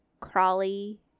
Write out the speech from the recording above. crawly